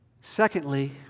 Secondly